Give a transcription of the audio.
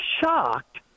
shocked